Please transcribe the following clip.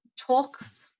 talks